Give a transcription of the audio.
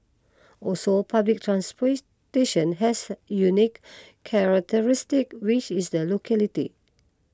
also public transportation has unique characteristics which is the locality